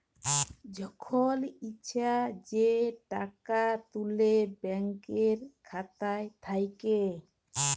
যখল ইছা যে টাকা তুলে ব্যাংকের খাতা থ্যাইকে